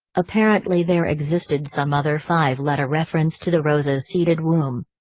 apparently there existed some other five-letter reference to the rose's seeded womb.